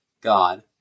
God